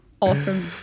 Awesome